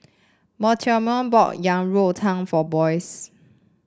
Mortimer bought Yang Rou Tang for Boyce